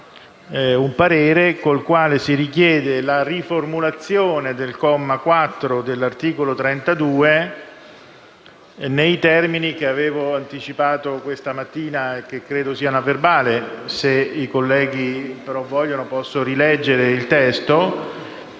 un parere con il quale si richiede la riformulazione del comma 4 dell'articolo 32 nei termini che avevo anticipato questa mattina, che credo siano a verbale. Se i colleghi lo desiderano, posso rileggere il testo: